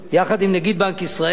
יחד עם נגיד בנק ישראל.